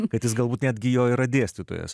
kad jis galbūt netgi jo yra dėstytojas